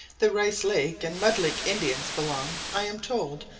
the rice lake and mud lake indians belong, i am told,